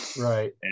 right